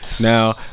Now